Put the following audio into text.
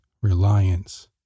reliance